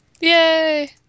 Yay